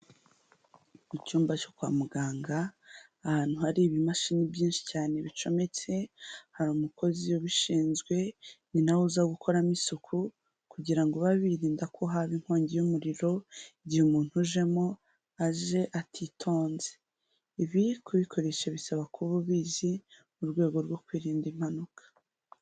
Mu cyumba cyo kwa muganga ahantu hari ibimashini byinshi cyane bicometse hari umukozi ubishinzwe; ni nawe uza gukoramo isuku kugira abe abirinda ko haba inkongi y'umuriro igihe umuntu ujemo aje atitonze, ibi kubikoresha bisaba kuba ubizi mu rwego rwo kwirinda impanuka.